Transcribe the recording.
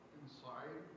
inside